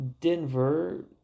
Denver